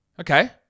Okay